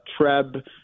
Treb